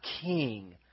king